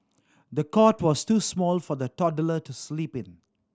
the cot was too small for the toddler to sleep in